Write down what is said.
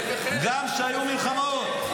גם כשהיו מלחמות.